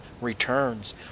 returns